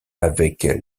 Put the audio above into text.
avec